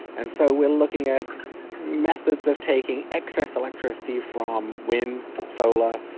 and so we are looking at methods of taking excess electricity from wind, solar,